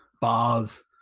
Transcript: bars